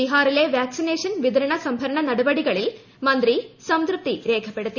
ബിഹാറിലെ vaccination വിതരണ സ്പ്രിഭർണ നടപടികളിൽ മന്ത്രി സംതൃപ്തി രേഖപ്പെടുത്തി